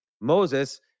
Moses